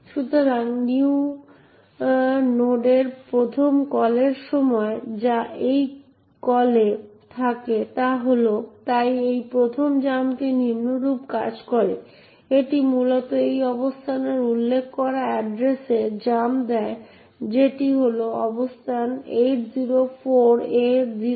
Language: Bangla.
সুতরাং new node এর প্রথম কলের সময় যা এই কলে থাকে তাই এই প্রথম জাম্পটি নিম্নরূপ কাজ করে এটি মূলত এই অবস্থানে উল্লেখ করা এড্রেস এ জাম্প দেয় যেটি হল অবস্থান 804A024